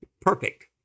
perfect